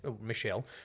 Michelle